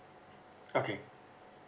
okay